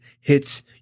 hits